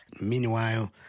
Meanwhile